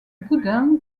boudin